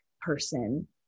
person